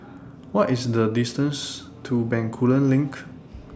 What IS The distance to Bencoolen LINK